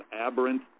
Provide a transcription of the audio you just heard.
aberrant